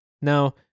now